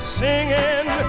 singing